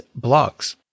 blogs